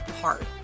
hard